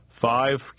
five